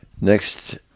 next